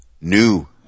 new